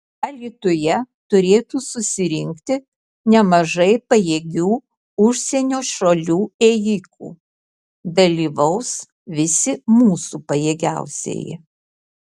alytuje turėtų susirinkti nemažai pajėgių užsienio šalių ėjikų dalyvaus visi mūsų pajėgiausieji